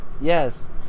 yes